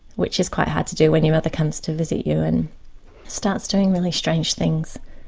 which is quite hard to do when your mother comes to visit you and starts doing really strange things,